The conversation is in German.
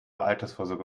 altersvorsorge